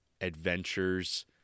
adventures